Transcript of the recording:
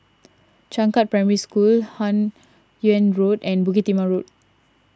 Changkat Primary School Hun Yeang Road and Bukit Timah Road